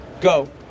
Go